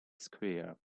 square